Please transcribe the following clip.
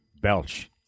belch